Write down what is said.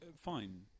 fine